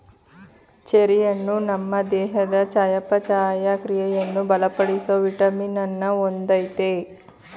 cherry ಹಣ್ಣು ನಮ್ ದೇಹದ್ ಚಯಾಪಚಯ ಕ್ರಿಯೆಯನ್ನು ಬಲಪಡಿಸೋ ವಿಟಮಿನ್ ಅನ್ನ ಹೊಂದಯ್ತೆ